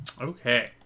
Okay